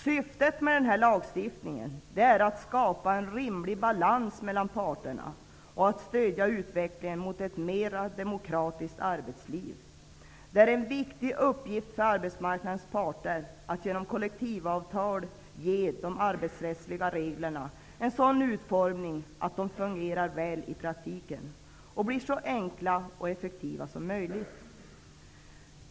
Syftet med denna lagstiftning är att skapa en rimlig balans mellan parterna och att stödja utvecklingen mot ett mer demokratiskt arbetsliv. Det är en viktig uppgift för arbetsmarknadens parter att genom kollektivavtal ge de arbetsrättsliga reglerna en sådan utformning att de fungerar väl i praktiken och blir så enkla och effektiva som möjligt.